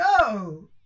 No